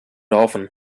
often